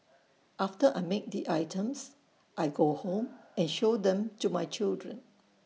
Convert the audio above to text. after I make the items I go home and show them to my children